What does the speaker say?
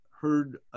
heard